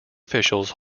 officials